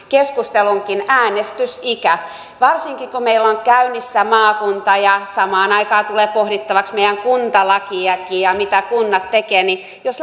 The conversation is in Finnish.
keskustelunkin äänestysikä varsinkin kun meillä on käynnissä maakuntauudistus ja samaan aikaan tulee pohdittavaksi meidän kuntalakikin ja mitä kunnat tekevät niin jos